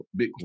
Bitcoin